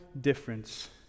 difference